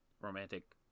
romantic